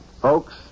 Folks